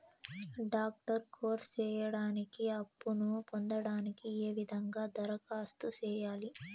Doctor course సేయడానికి అప్పును పొందడానికి ఏ విధంగా దరఖాస్తు సేయాలి?